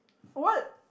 what